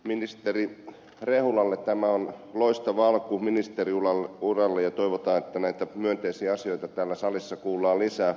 ministeri rehulalta tämä on loistava alku ministeriuralle ja toivotaan että näitä myönteisiä asioita täällä salissa kuullaan lisää